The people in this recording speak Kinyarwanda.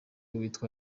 witwa